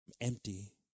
empty